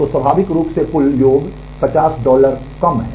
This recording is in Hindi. तो स्वाभाविक रूप से कुल योग 50 डॉलर कम है